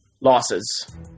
losses